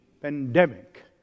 pandemic